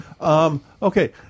Okay